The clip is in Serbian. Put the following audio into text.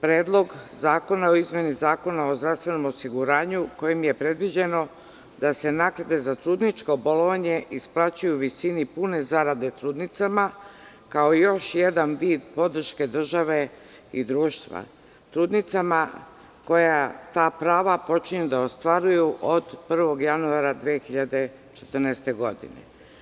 Predlog zakona o izmenama Zakona o zdravstvenom osiguranju, kojim je predviđeno da se naknade za trudničko bolovanje isplaćuju u visini pune zarade trudnica, kao još jedan vid podrške države i društva, trudnicama koje ta prava počinju da ostvaruju od 1. januara 2014. godine.